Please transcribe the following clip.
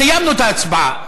סיימנו את ההצבעה.